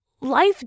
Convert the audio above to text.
Life